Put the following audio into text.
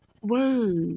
Whoa